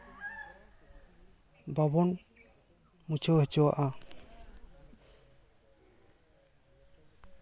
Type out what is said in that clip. ᱵᱟᱵᱚᱱ ᱢᱩᱪᱷᱟᱹᱣ ᱦᱚᱪᱚᱣᱟᱜᱼᱟ